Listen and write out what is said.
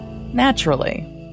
naturally